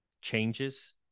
changes